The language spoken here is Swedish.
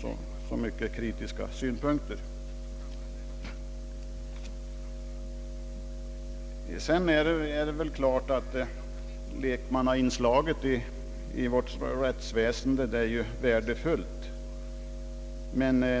så många kritiska synpunkter yppats. Det är klart att lekmannainslaget i vårt rättsväsende är värdefullt.